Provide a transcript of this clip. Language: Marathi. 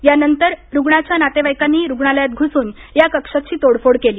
यानंतर रूग्णाच्या नातेवाईकांनी रूग्णालयात घुसून या कक्षाची तोडफोड केली